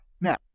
Now